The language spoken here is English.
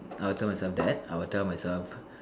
I would tell myself that I would tell myself